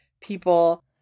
people